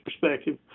perspective